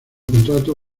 contrato